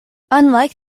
unlike